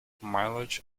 mileage